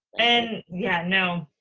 and yeah, no,